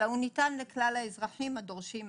אלא הוא ניתן לכלל האזרחים הדורשים מענה.